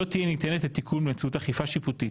לא תהיה ניתנת לתיקון באמצעות אכיפה שיפוטית.